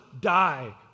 die